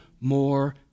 more